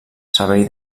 servei